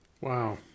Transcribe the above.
wow